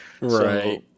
Right